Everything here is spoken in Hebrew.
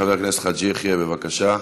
חבר הכנסת חאג' יחיא, בבקשה.